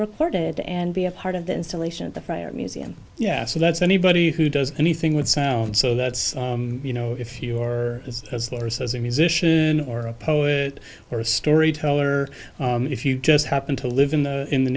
recorded and be a part of the installation of the fire museum yeah so that's anybody who does anything with sound so that's you know if your is as lars as a musician or a poet or a storyteller if you just happen to live in the in the